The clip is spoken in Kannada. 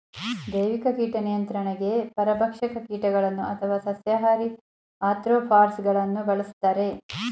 ಜೈವಿಕ ಕೀಟ ನಿಯಂತ್ರಣಗೆ ಪರಭಕ್ಷಕ ಕೀಟಗಳನ್ನು ಅಥವಾ ಸಸ್ಯಾಹಾರಿ ಆಥ್ರೋಪಾಡ್ಸ ಗಳನ್ನು ಬಳ್ಸತ್ತರೆ